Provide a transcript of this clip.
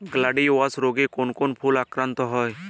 Gladiolus রোগে কোন কোন ফুল আক্রান্ত হয়?